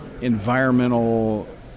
environmental